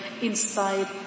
Inside